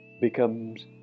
becomes